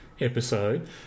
episode